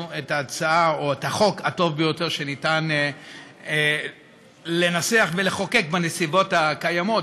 את ההצעה או את החוק הטוב ביותר שניתן לנסח ולחוקק בנסיבות הקיימות.